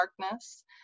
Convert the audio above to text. Darkness